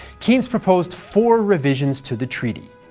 keynes proposed four revisions to the treaty.